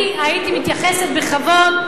אני הייתי מתייחסת בכבוד,